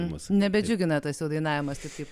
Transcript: mūsų nebedžiugina tasai dainavimas ir šiaip